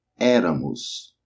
éramos